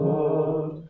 Lord